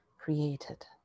created